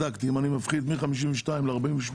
אם אני מפחית מ-52 ל-48,